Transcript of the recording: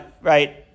right